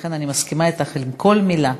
ולכן אני מסכימה אתך על כל מילה.